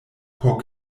por